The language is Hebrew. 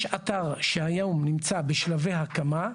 יש אתר שהיום נמצא בשלבי הקמה,